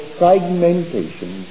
fragmentation